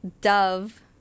dove